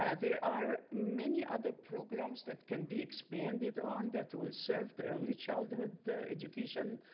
ah there are many other programs that can be expanded on that will serve the early childhood education,